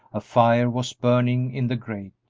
a fire was burning in the grate,